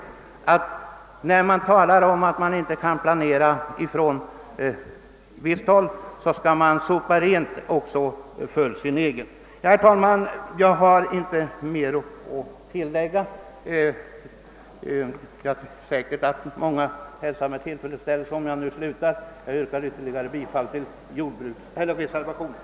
När det på visst håll talas om att det inte kan planeras tror jag, att man skall tänka på att sopa rent framför egen dörr. Herr talman! Jag har inte något mer att tillägga, och säkert hälsar många med tillfredsställelse att jag nu slutar. Jag ber att få yrka bifall till reservationen.